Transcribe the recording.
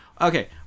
Okay